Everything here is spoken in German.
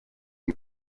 und